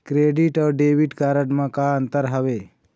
Credit अऊ debit card म का अंतर हावे?